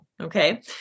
Okay